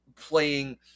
playing